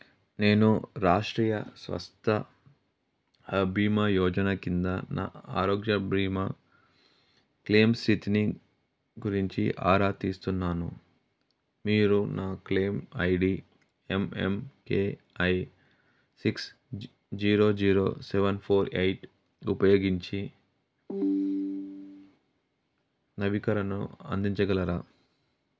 నేను రాష్ట్రీయ స్వాస్థ్య బీమా యోజన కింద నా ఆరోగ్య బీమా క్లెయిమ్ స్థితిని గురించి ఆరా తీస్తున్నాను మీరు నా claim I D M M K I six zero zero seven four eight ఉపయోగించి నవీకరణను అందించగలరా